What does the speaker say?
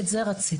את זה רציתי.